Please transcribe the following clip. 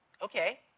Okay